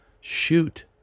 shoot